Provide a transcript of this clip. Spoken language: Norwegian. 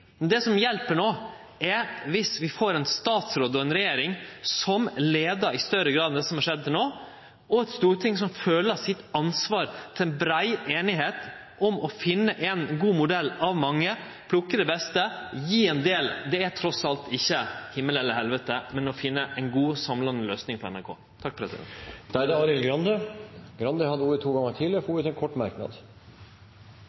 hjelper, er at vi får ein statsråd og ei regjering som leiar i større grad enn slik det har skjedd til no, og at Stortinget føler ansvar for ei brei einigheit om å finne ein god modell, av mange, og plukke ut det beste – og gje ein del. Det er trass alt ikkje himmel eller helvete, men det handlar om å finne ei god samlande løysing for NRK. Representanten Arild Grande har hatt ordet to ganger tidligere og får ordet